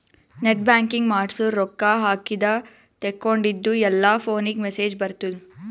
net banking ಮಾಡ್ಸುರ್ ರೊಕ್ಕಾ ಹಾಕಿದ ತೇಕೊಂಡಿದ್ದು ಎಲ್ಲಾ ಫೋನಿಗ್ ಮೆಸೇಜ್ ಬರ್ತುದ್